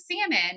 salmon